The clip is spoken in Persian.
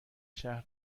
شهر